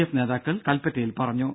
F നേതാക്കൾ കൽപ്പറ്റയിൽ പറഞ്ഞു